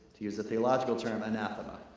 to use a theological term, anathema.